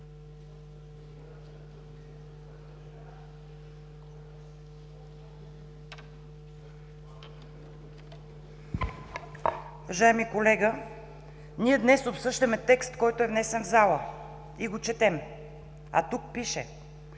Уважаеми колега! Ние днес обсъждаме текст, който е внесен в залата и го четем. А тук пише: